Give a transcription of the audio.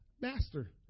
Master